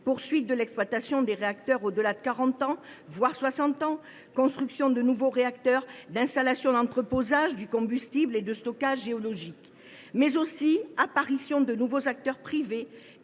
poursuite de l’exploitation des réacteurs au delà de quarante ans, voire soixante ans, construction de nouveaux réacteurs, d’installations d’entreposage du combustible et de stockage géologique. Je pense également à l’apparition de nouveaux acteurs privés,